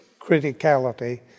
criticality